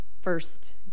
first